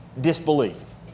disbelief